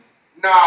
Nah